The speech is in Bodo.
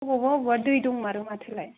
अबावबा अबावबा दै दंमारो माथोलाय